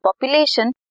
population